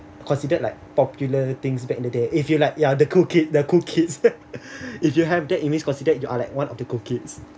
considered like popular things back in the day if you like ya the cool kid the cool kids if you have that it means considered you are like one of the cool kids